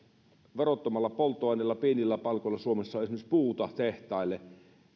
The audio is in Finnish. verottomalla polttoaineella pienillä palkoilla suomessa esimerkiksi puuta tehtaille